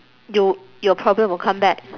you your problem will come back